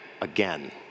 again